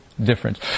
difference